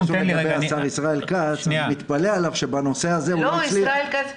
על השר ישראל כץ שבנושא הזה לא הצליח.